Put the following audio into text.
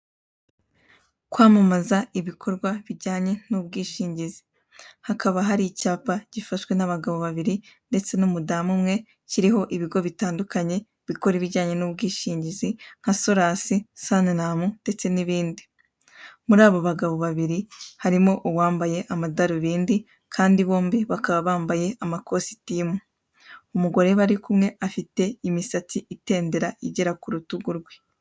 Kwamamaza ibikorwa bijyanye n'ubwishingizi. Hari icyapa gifashwe n'abagabo babiri n'umugore umwe. Hariho amazina atandukanye y'ibigo bikora ibijyanye n'ubwishingizi ari byo Sorasi, Saniramu ndetse n'ibindi. Umugabo umwe yambaye amarinete naho umugore afite imisatsi igera kubitugu bye.